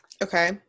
okay